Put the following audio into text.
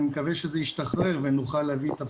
אני מקווה שזה ישתחרר ואנחנו נביא את הבשורה.